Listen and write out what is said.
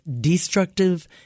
destructive